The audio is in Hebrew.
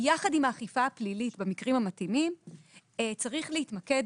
יחד עם האכיפה הפלילית במקרים המתאימים צריך להתמקד